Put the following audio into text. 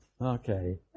Okay